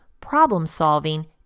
problem-solving